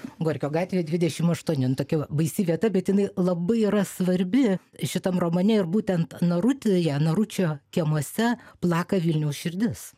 gorkio gatvė dvidešim aštuoni nu tokia va baisi vieta bet jinai labai yra svarbi šitam romane ir būtent narutyje naručio kiemuose plaka vilniaus širdis